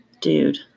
Dude